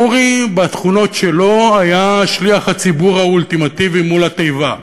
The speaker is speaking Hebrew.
אורי בתכונות שלו היה שליח הציבור האולטימטיבי מול התיבה,